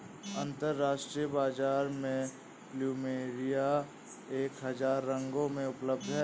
अंतरराष्ट्रीय बाजार में प्लुमेरिया एक हजार रंगों में उपलब्ध हैं